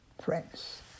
friends